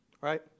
Right